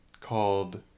called